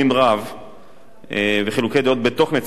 וחילוקי דעות בתוך נציגי הממשלה ובתוך הקואליציה,